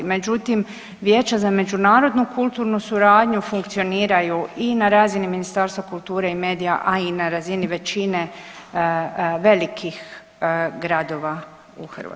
Međutim, vijeća za međunarodnu kulturnu suradnju funkcioniraju i na razini Ministarstva kulture i medija, a i na razini većine velikih gradova u Hrvatskoj.